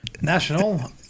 National